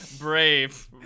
brave